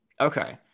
Okay